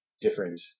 different